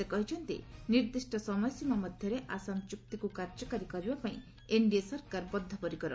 ସେ କହିଛନ୍ତି ନିର୍ଦ୍ଧିଷ୍ଟ ସମୟସୀମା ମଧ୍ୟରେ ଆସାମ ଚୁକ୍ତିକୁ କାର୍ଯ୍ୟକାରୀ କରିବା ପାଇଁ ଏନଡିଏ ସରକାର ବଦ୍ଦପରିକର